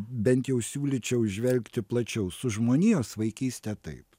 bent jau siūlyčiau žvelgti plačiau su žmonijos vaikyste taip